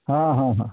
हँहँहँ